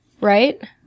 right